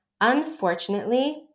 Unfortunately